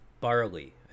barley